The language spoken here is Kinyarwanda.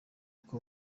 uko